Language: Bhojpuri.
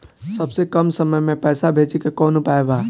सबसे कम समय मे पैसा भेजे के कौन उपाय बा?